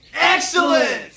Excellent